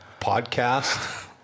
podcast